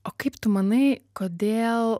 o kaip tu manai kodėl